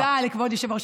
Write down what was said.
תודה לכבוד היושב-ראש.